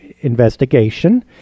investigation